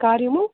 کر یمو